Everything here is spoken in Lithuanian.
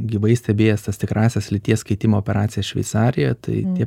gyvai stebėjęs tas tikrąsias lyties keitimo operacija šveicarijoj tai tie